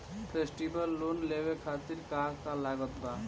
Festival loan लेवे खातिर का का लागत बा?